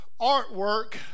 artwork